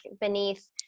beneath –